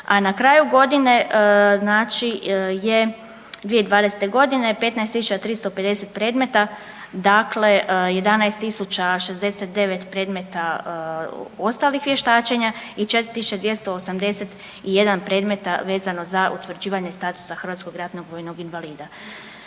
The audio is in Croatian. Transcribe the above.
a na kraju godine znači je 2020. godine 15 tisuća 350 predmeta. Dakle, 11 tisuća 69 predmeta ostalih vještačenja i 4 tisuće 281 predmet vezano za utvrđivanje statusa hrvatskog ratnog vojnog invalida.